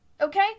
Okay